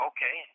Okay